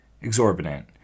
exorbitant